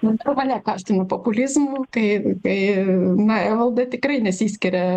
nu mane kaltina populizmu tai tai na evalda tikrai nesiskiria